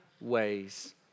ways